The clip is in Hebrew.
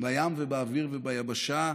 בים ובאוויר וביבשה,